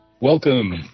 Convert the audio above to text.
welcome